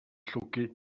llwgu